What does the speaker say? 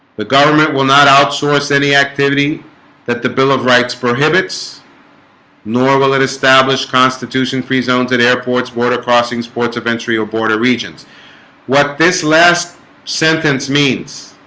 the government will not outsource any activity that the bill of rights prohibits nor will it establish constitution free zones at airports border crossings ports of entry or border regions what this last sentence means